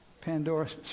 Pandora's